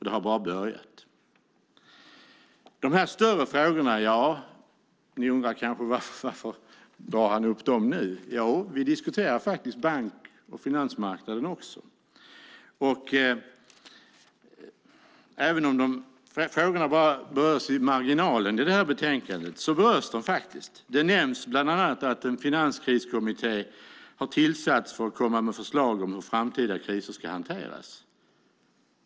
Det arbetet har bara börjat. Ni undrar kanske varför jag tar upp det nu. Vi diskuterar faktiskt också bank och finansmarknaden. Även om de frågorna bara berörs i marginalen i betänkandet så berörs de. Det nämns bland annat att en finanskriskomitté har tillsatts för att komma med förslag om hur en framtida kris ska hanteras.